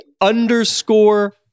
underscore